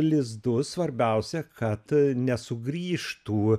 lizdus svarbiausia kad nesugrįžtų